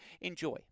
enjoy